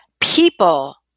people